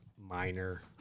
minor